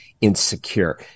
insecure